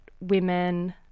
women